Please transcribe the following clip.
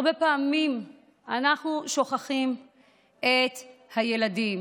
הרבה פעמים אנחנו שוכחים את הילדים.